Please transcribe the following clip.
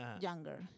younger